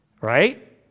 right